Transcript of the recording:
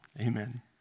Amen